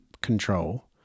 control